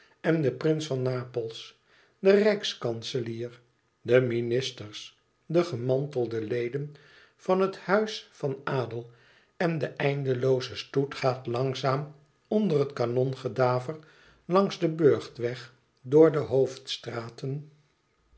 en de prins van napels de rijkskanselier de ministers de gemantelde leden van het huis van adel en de eindelooze stoet gaat langzaam onder het kanongedaver langs den burchtweg door de hoofdstraten